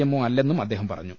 എമ്മോ അല്ലെന്നും അദ്ദേഹം പറഞ്ഞു